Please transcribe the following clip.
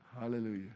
Hallelujah